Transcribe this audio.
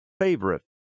favorite